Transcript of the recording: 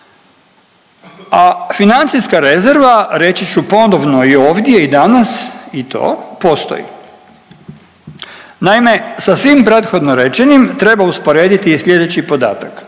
a financijska rezerva reći ću ponovno i ovdje i danas i to postoji. Naime, sa svim prethodno rečenim treba usporediti i slijedeći podatak.